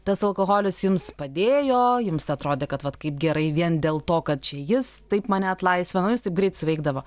tas alkoholis jums padėjo jums atrodė kad vat kaip gerai vien dėl to kad čia jis taip mane atlaisvino nu jis taip greit suveikdavo